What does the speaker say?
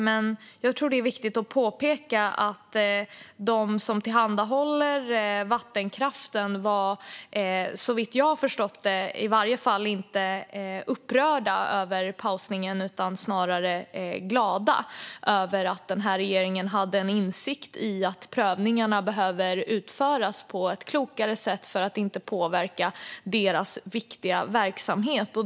Det är viktigt att påpeka att de som tillhandahåller vattenkraften såvitt jag har förstått det i varje fall inte är upprörda av pausningen. Det är snarare glada över att regeringen hade insikt om att prövningarna behöver utföras ett klokare sätt för att inte påverka deras viktiga verksamhet.